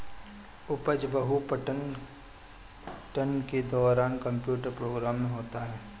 उपज बहु पठन के दौरान कंप्यूटर प्रोग्राम में होता है